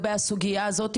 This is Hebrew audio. אולי דרך השגרירויות,